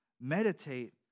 meditate